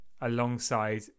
alongside